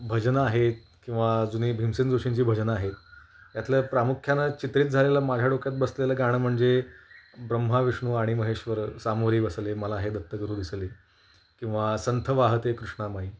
भजनं आहेत किंवा जुने भीमसेन जोशींची भजनं आहेत यातलं प्रामुख्यानं चित्रित झालेलं माझ्या डोक्यात बसलेलं गाणं म्हणजे ब्रह्मा विष्णू आणि महेश्वर सामोरी बसले मला हे दत्तगुरू दिसले किंवा संथ वाहते कृष्णामाई